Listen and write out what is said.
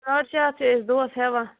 ساڈ شےٚ ہتھ چھِ أسۍ دۄہس ہیوان